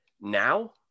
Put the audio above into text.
now